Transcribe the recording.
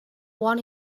want